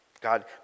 God